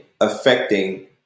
affecting